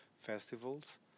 festivals